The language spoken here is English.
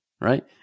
right